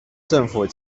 政府